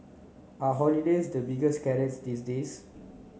are holidays the biggest carrots these days